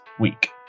week